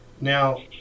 Now